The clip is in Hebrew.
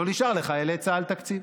לא נשאר לחיילי צה"ל תקציב,